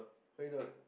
where got